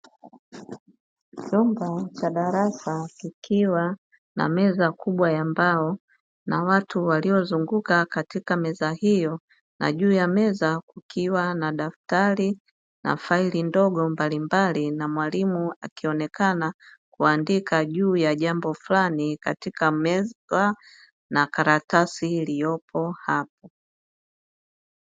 Chumba cha darasa kikiwa na meza kubwa ya mbao na watu waliozunguka katika meza hiyo na juu ya meza kukiwa na daftari na faili ndogo mbalimbali na mwalimu akionekana kuandika juu ya jambo fulani katika meza na karatasi iliyopo hapo.